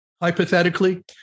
hypothetically